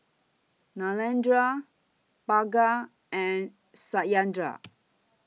Narendra Bhagat and Satyendra